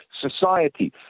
society